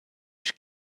esch